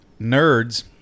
nerds